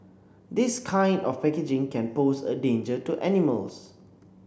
this kind of packaging can pose a danger to animals